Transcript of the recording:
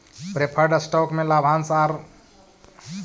preferred stock में लाभांश आउ ऋण दोनों ही शामिल होवऽ हई